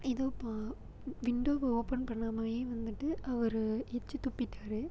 இதோ பா விண்டோவை ஓப்பன் பண்ணாமயே வந்துட்டு அவர் எச்சி துப்பிட்டார்